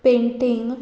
painting